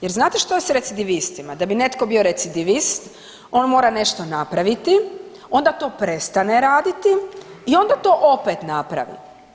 Jer znate što je s recidivistima, da bi netko bio recidivist on mora nešto napraviti, onda to prestane raditi i onda to opet napravi.